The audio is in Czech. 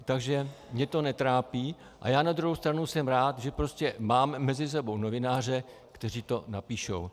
Takže mě to netrápí a já na druhou stranu jsem rád, že prostě máme mezi sebou novináře, kteří to napíšou.